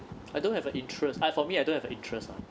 I don't have a interest I for me I don't have interest ah